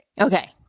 Okay